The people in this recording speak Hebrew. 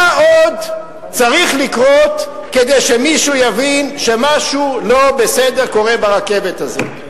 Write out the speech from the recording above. מה עוד צריך לקרות כדי שמישהו יבין שמשהו לא בסדר קורה ברכבת הזאת?